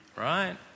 Right